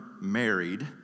married